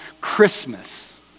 Christmas